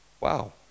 Wow